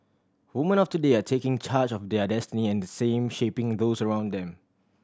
woman of today are taking charge of their destiny and at the same shaping those around them